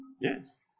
Yes